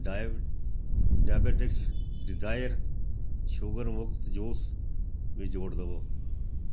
ਡਾਈ diabetics desire sugar ਮੁਕਤ juice ਵੀ ਜੋੜ ਦੇਵੋ